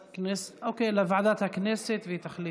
אוקיי, לוועדת הכנסת, והיא תחליט.